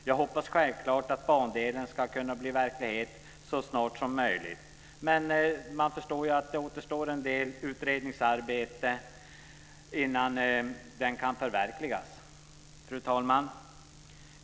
Jag hoppas självklart att bandelen ska kunna bli verklighet så snart som möjligt, men jag förstår att det återstår en del utredningsarbete innan den kan förverkligas. Fru talman!